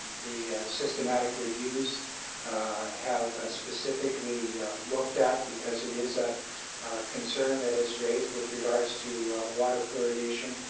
the systematic reviews have ah specifically looked at because it is a concern that is raised with regards to water fluoridation,